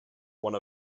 one